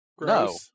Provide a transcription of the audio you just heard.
no